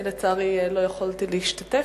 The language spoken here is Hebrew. אני, לצערי, לא יכולתי להשתתף,